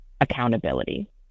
accountability